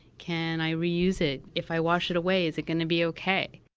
can i reuse it? if i wash it away, is it going to be okay?